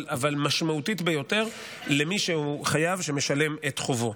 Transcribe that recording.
אבל משמעותית ביותר למי שהוא חייב שמשלם את חובו.